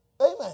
Amen